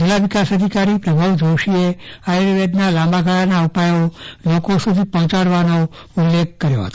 જિલ્લા વિકાસ અધિકારીશ્રી પ્રભવ જોશીએ આયુર્વેદના લાંબાગાળાના ઉપાયો લોકો સુધી પહોંચાડવાનો ઉલ્લેખ કર્યો હતો